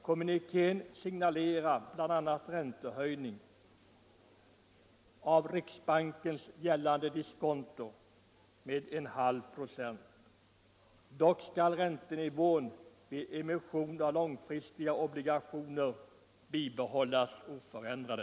Kommunikén signalerar bl.a. en räntehöjning med 1/2 ?6 av riksbankens gällande diskonto. Dock skall räntenivån vid emission av långfristiga obligationer bibehållas oförändrad.